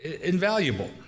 invaluable